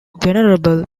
venerable